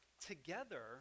Together